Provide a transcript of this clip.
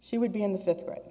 she would be in the fifth grade